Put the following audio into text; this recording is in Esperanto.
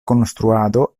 konstruado